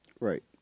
Right